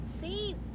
see